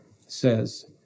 says